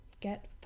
get